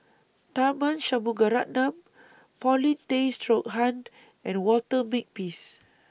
Tharman Shanmugaratnam Paulin Tay Straughan and Walter Makepeace